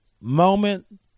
moment